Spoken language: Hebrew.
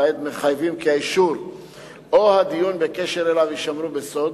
עד מחייבים כי האישור או הדיון בקשר אליו יישמרו בסוד.